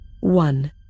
one